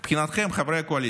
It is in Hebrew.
מבחינתכם חברי הקואליציה,